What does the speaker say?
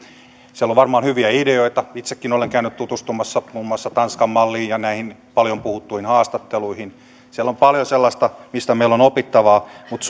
siellä on varmaan hyviä ideoita itsekin olen käynyt tutustumassa muun muassa tanskan malliin ja näihin paljon puhuttuihin haastatteluihin siellä on paljon sellaista mistä meillä on opittavaa mutta